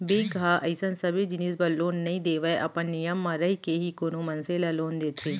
bank ह अइसन सबे जिनिस बर लोन नइ देवय अपन नियम म रहिके ही कोनो मनसे ल लोन देथे